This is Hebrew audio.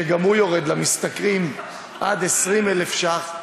שגם הוא יורד, למשתכרים עד 20,000 שקל,